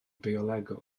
biolegol